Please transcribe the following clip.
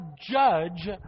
judge